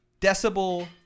decibel